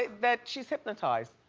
that she's hypnotized?